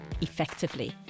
effectively